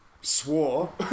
swore